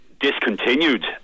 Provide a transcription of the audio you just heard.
discontinued